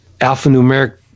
alphanumeric